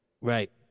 Right